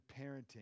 parenting